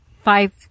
five